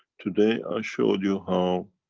today i showed you how